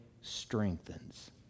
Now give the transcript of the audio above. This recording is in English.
strengthens